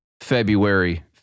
February